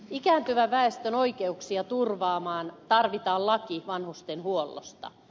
ikääntyvän väestön oikeuksia turvaamaan tarvitaan laki vanhustenhuollosta